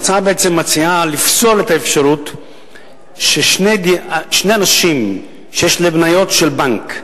ההצעה מציעה לפסול את האפשרות ששני אנשים שיש להם מניות של בנק,